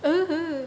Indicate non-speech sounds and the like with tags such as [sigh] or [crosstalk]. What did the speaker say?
[noise]